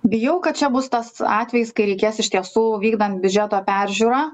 bijau kad čia bus tas atvejis kai reikės iš tiesų vykdant biudžeto peržiūrą